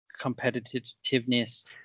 competitiveness